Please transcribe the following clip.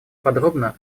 подробно